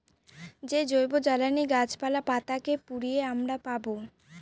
যে জৈবজ্বালানী গাছপালা, পাতা কে পুড়িয়ে আমরা পাবো